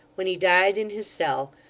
when he died in his cell,